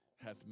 hath